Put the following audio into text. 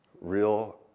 real